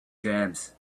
jams